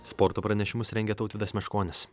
sporto pranešimus rengė tautvydas meškonis